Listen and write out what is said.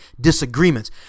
disagreements